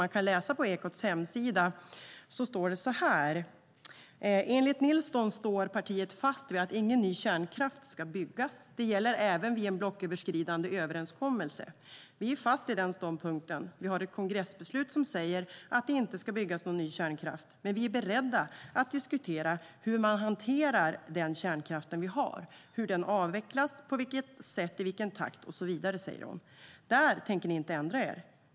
Man kan läsa på Ekots hemsida där det står så här: "Enligt Nilsson står partiet fast vid att ingen ny kärnkraft ska byggas. Det gäller även vid en blocköverskridande överenskommelse: - Vi är fast i den ståndpunkten, vi har ett kongressbeslut som säger att det inte ska byggas någon ny kärnkraft, men vi är beredda att diskutera hur man hanterar den kärnkraften vi har; hur den avvecklas, på vilket sätt i vilken takt, och så vidare, säger hon. Där tänker ni inte ändra er?